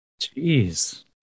Jeez